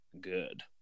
good